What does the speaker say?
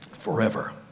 Forever